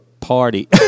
party